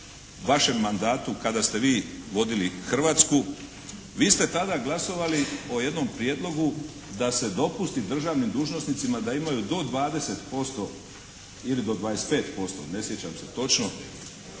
vašem mandatu kada ste vi vodili Hrvatsku. Vi ste tada glasovali o jednom prijedlogu da se dopusti državnim dužnosnicima da imaju do 20%, ili do 25%, ne sjećam se točno,